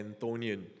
Antonian